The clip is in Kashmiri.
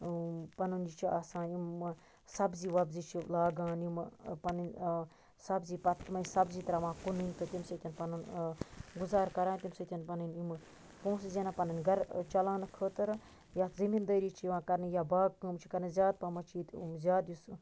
پَنُن یہِ چھُ آسان یِم سَبزی وَبزی چھِ لاگان یِم پَننۍ سَبزی پَتہٕ تِمے سبزی تراوان تہٕ تمہِ سۭتۍ پَنن گُزار کَران تمہِ سۭتۍ پَننۍ یِم پونٛسہٕ زینان پَننۍ گرٕ چَلاو نہٕ خٲطرٕ یتھ زمیٖندٲری چھِ یِوان کَرنہٕ یا باغہٕ کٲم چھِ کَران زیاد پَہمَتھ چھُ ییٚتہِ زیاد یُس